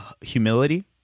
humility